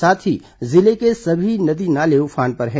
साथ ही जिले के सभी नदी नाले उफान हैं